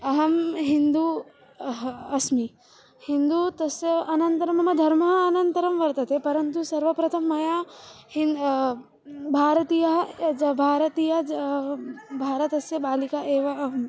अहं हिन्दुः अस्मि हिन्दुः तस्य अनन्तरं मम धर्मः अनन्तरं वर्तते परन्तु सर्वप्रथमं मया हिन्दुः भारतीयः यज भारतीय हज ज भारतस्य बालिका एव अहम्